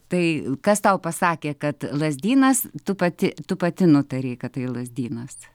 tai kas tau pasakė kad lazdynas tu pati tu pati nutarei kad tai lazdynas